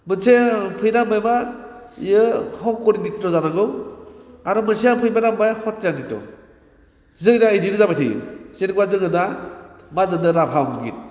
मोनसे फेइदा होनबाय मा बियो हंकरनित्र जानांगौ आरो मोनसेया फैनानै बुंबाय हरतियानित्र जोंनिया बिदिनो जाबाय थायो जेनेबा जोङो दा मा जादों राभा उमगित